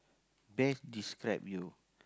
best describe you